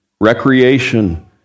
recreation